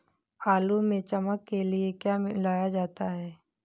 आलू में चमक के लिए क्या मिलाया जाता है?